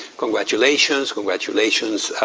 congratulations, congratulations,